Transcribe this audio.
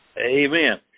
Amen